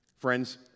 Friends